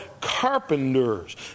carpenters